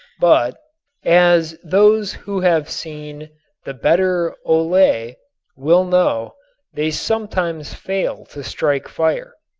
but as those who have seen the better ole will know they sometimes fail to strike fire.